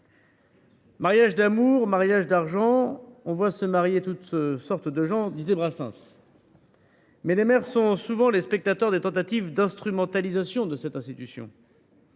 « Mariage d’amour, mariage d’argent, j’ai vu se marier toutes sortes de gens », disait Brassens. Mais les maires sont souvent les spectateurs des tentatives d’instrumentalisation de cette institution.